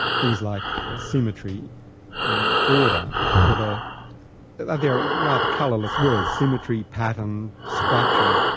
things like symmetry and order that ah that are they're rather colourless words, symmetry, pattern, structure,